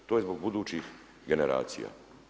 To je zbog budućih generacija.